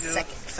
second